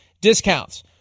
discounts